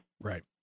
Right